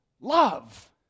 love